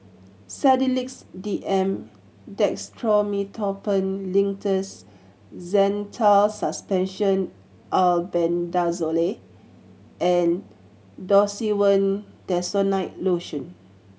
Sedilix D M Dextromethorphan Linctus Zental Suspension Albendazole and Desowen Desonide Lotion